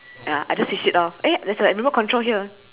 ya I just switch it off eh there's a remote control here